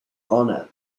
honour